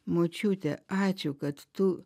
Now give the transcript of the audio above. močiute ačiū kad tu